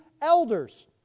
elders